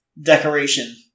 decoration